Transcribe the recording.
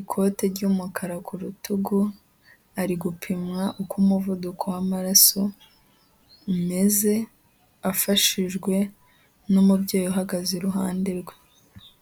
ikote ry'umukara ku rutugu, ari gupimwa uko umuvuduko w'amaraso umeze afashijwe n'umubyeyi uhagaze iruhande rwe.